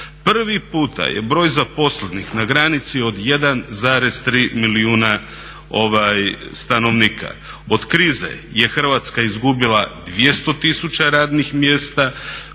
Prvi puta je broj zaposlenih na granici od 1,3 milijuna stanovnika. Od krize je Hrvatska izgubila 200 tisuća radnih mjesta,